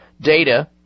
data